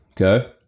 Okay